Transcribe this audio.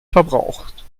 verbraucht